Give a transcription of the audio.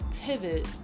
pivot